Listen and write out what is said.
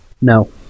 No